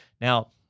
Now